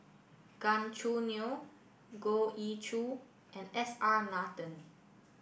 Gan Choo Neo Goh Ee Choo and S R Nathan